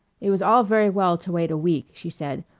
it was all very well to wait a week, she said,